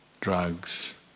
drugs